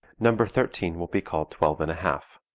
number thirteen will be called twelve and a half.